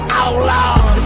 outlaws